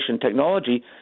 technology